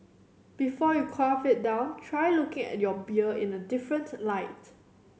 before you quaff it down try looking at your beer in a different light